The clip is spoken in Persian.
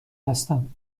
هستم